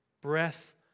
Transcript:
Breath